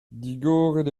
digoret